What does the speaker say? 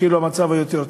שזה כאילו המצב היותר טוב.